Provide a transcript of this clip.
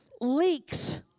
leaks